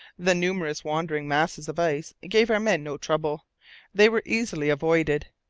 the numerous wandering masses of ice gave our men no trouble they were easily avoided.